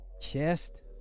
Chest